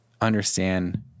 understand